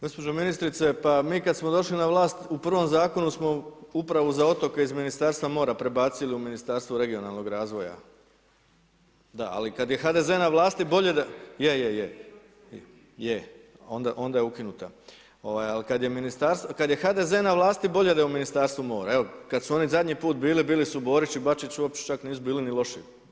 Gospođo ministrice pa mi kad smo došli na vlast u prvom zakonu smo upravo za otoke iz Ministarstva mora prebacili u Ministarstvo regionalnog razvoja, da ali kad je HDZ na vlasti bolje, je, je, je … [[Upadica se ne čuje.]] onda je ukinuta, ali kad je ministarstvo, kad je HDZ na vlasti bolje da je u Ministarstvu mora, evo kad su oni zadnji put bili, bili su Borić i Bačić uopće čak nisu bili ni loši.